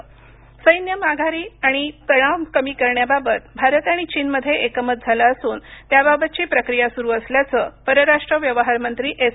जयशंकर चीन सैन्य माघारी आणि तणाव कमी करण्याबाबत भारत आणि चीनमध्ये एकमत झालं असून त्याबाबतची प्रक्रिया सुरू असल्याचं परराष्ट्र व्यवहार मंत्री एस